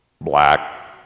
Black